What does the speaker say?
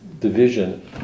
division